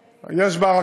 יש תחנה אחת בנצרת.